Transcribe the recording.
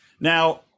Now